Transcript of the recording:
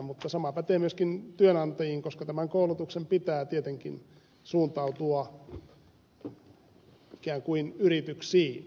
mutta sama pätee myöskin työnantajiin koska tämän koulutuksen pitää tietenkin suuntautua ikään kuin yrityksiin myös